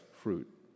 fruit